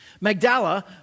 Magdala